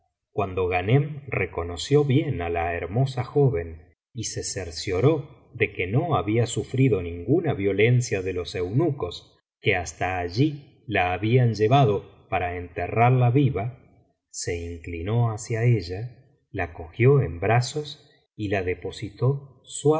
cuando ghanem reconoció bien á la hermosa joven y se cercioró de que no había sufrido ninguna violencia de los eunucos que hasta allí la habían llevado para enterrarla viva se inclinó hacia ella la cogió en brazos y la depositó